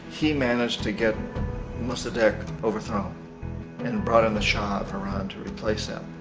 he managed to get mossadeg overthrown and brought in the shah of iran to replace him,